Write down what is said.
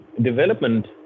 development